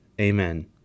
Amen